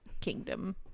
kingdom